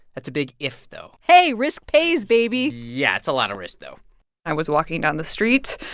that's a big if, though hey. risk pays, baby yeah. it's a lot of risk, though i was walking down the street,